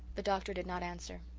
the doctor did not answer.